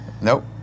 Nope